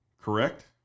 correct